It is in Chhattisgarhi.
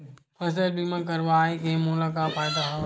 फसल बीमा करवाय के मोला का फ़ायदा हवय?